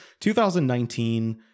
2019